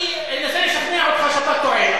אני אנסה לשכנע אותך שאתה טועה.